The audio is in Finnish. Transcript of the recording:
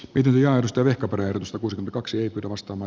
britannian steve kabaree sapuskan kaksi perustama